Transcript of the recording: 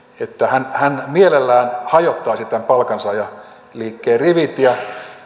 hän hän mielellään hajottaisi tämän palkansaajaliikkeen rivit ja